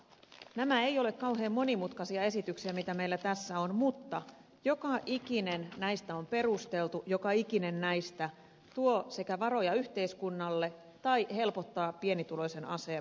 nämä eivät ole kauhean monimutkaisia esityksiä mitä meillä tässä on mutta joka ikinen näistä on perusteltu joka ikinen näistä tuo sekä varoja yhteiskunnalle tai helpottaa pienituloisen asemaa